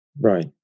Right